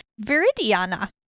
Viridiana